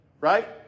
Right